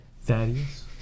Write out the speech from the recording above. Thaddeus